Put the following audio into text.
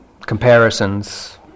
comparisons